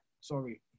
sorry